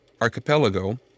Archipelago